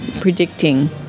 predicting